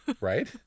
Right